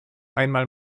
einmal